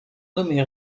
nommé